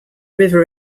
river